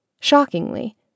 Shockingly